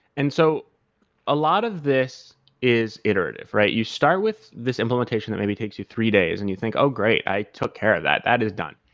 and so a lot of this is iterative, right? you start with this implementation that maybe takes you three days and you think, oh great! i took care of that. that is done.